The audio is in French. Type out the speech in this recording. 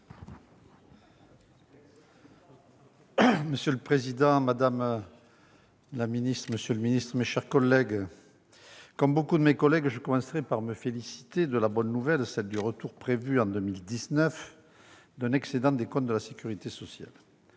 Monsieur le président, madame la ministre, monsieur le secrétaire d'État, mes chers collègues, comme nombre de mes collègues, je commencerai par me féliciter de la bonne nouvelle, celle du retour, prévu en 2019, d'un excédent des comptes de la sécurité sociale.